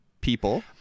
people